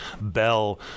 Bell